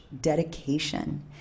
dedication